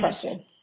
question